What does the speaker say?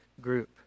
group